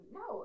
no